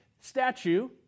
statue